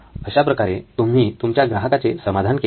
अशा प्रकारे तुम्ही तुमच्या ग्राहकाचे समाधान केले आहे